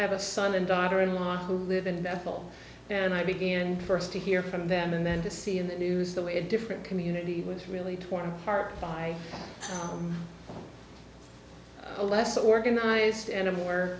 i have a son and daughter in law who live in the fall and i began first to hear from them and then to see in the news the way a different community was really torn apart by a less organized an